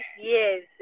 Yes